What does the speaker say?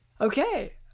Okay